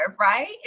right